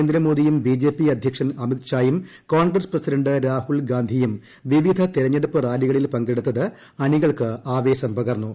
നരേന്ദ്രമോദിയും ബിജെപി പ്രധാനമന്ത്രി അദ്ധ്യക്ഷൻ അമിത്ഷായും കോൺഗ്രസ് പ്രസിഡന്റ് രാഹുൽ ഗാന്ധിയും വിവിധ തെരഞ്ഞെടുപ്പ് റാലികളിൽ പങ്കെടുത്തത് അണികൾക്ക് ആവേശം പകർന്നു